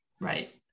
Right